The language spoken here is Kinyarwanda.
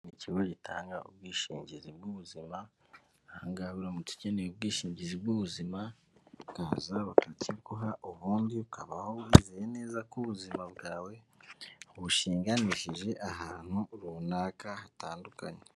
Ikigo gitanga ubwishingizi bw'ubuzima ahangaha uramutse ukeneye ubwishingizi bw'ubuzima waza bakiguha ubundi ukabaho wizeye neza ko ubuzima bwawe bushinganishije ahantu runaka hatandukanye.